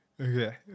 Okay